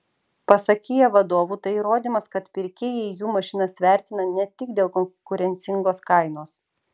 pasak kia vadovų tai įrodymas kad pirkėjai jų mašinas vertina ne tik dėl konkurencingos kainos